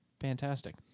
Fantastic